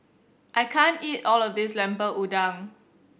I can't eat all of this Lemper Udang